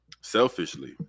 selfishly